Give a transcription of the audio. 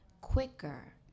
quicker